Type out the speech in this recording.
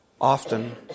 often